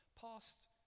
Past